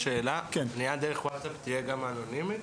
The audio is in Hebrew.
הפנייה דרך ווצאפ תהיה אנונימית?